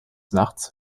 nachts